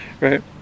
right